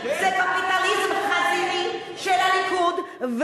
זה קפיטליזם חזירי של הליכוד,